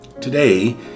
Today